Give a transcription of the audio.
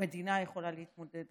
המדינה יכולה להתמודד.